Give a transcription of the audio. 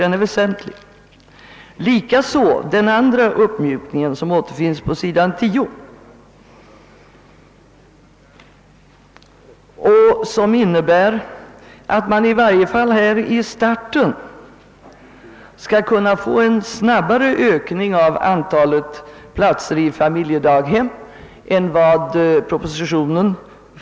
Likaså är jag angelägen om den andra uppmjukningen som återfinns på s. 10 och som innebär att antalet platser i familjedaghemmen kan öka snabbare än som förutsätts i propositionen.